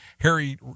Harry